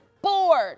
bored